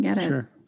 sure